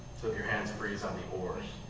your hands freeze on the oars.